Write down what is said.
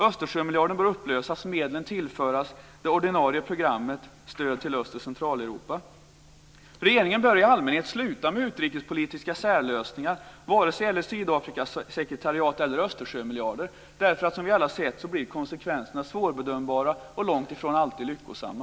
Östersjömiljarden bör upplösas och medlen tillföras det ordinarie programmet, stöd till Öst och Centraleuropa. Regeringen bör i allmänhet sluta med utrikespolitiska särlösningar vare sig det gäller Sydafrikasekretariat eller Östersjömiljarder, eftersom, som vi alla har sett, konsekvenserna blir svårbedömbara och långt ifrån alltid lyckosamma.